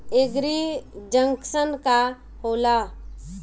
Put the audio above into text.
एगरी junction का होला?